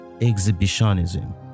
exhibitionism